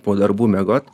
po darbų miegot